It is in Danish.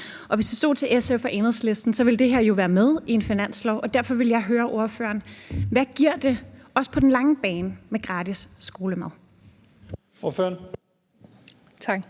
Hvis det stod til SF og Enhedslisten, ville det her jo være med i en finanslov, og derfor vil jeg høre ordføreren: Hvad giver det, også på den lange bane, med gratis skolemad? Kl.